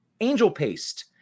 angelpaste